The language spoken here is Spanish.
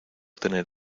tener